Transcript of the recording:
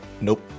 Nope